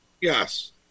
Yes